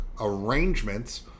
arrangements